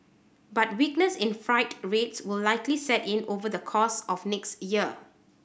but weakness in freight rates will likely set in over the course of next year